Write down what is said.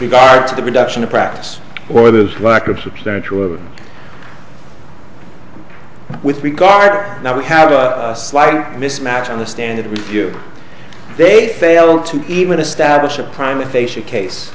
regard to the reduction in practice or the lack of substantial with regard that we have a slight mismatch in the standard review they fail to even establish a crime if they should case